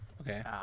Okay